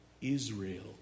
Israel